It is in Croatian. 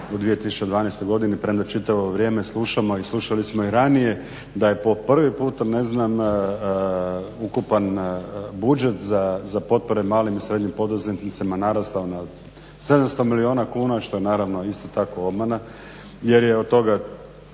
u 2012. godini, premda čitavo vrijeme slušamo i slušali smo i ranije da je po prvi puta ukupan budžet za potpore malim i srednjim poduzetnicima narastao na 700 milijuna kuna što je naravno isto tako obmana jer je od toga